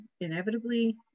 inevitably